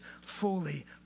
fully